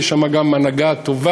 ויש שם גם הנהגה טובה,